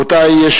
רבותי,